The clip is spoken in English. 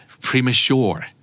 Premature